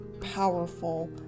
powerful